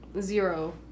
zero